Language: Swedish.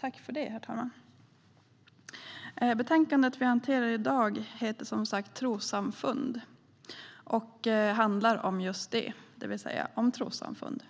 Herr talman! Betänkandet vi hanterar i dag har titeln Trossamfund , och det handlar om just trossamfund.